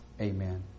Amen